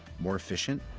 more efficient?